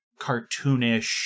cartoonish